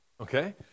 Okay